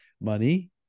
money